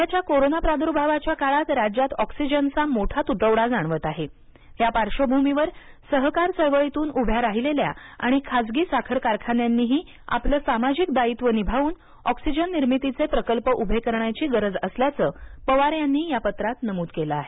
सध्याच्या कोरोना प्रादूर्भावाच्या काळात राज्यात ऑक्सिजनचा मोठा तुटवडा जाणवत आहे त्या पार्श्वभूमीवर सहकार चळवळीतून उभ्या राहिलेल्या आणि खासगी साखर कारखान्यांनीही आपले सामाजिक दायित्व निभावून ऑक्सिजन निर्मितीचे प्रकल्प उभे करण्याची गरज असल्याचं पवार यांनी या पत्रात नमुद केलं आहे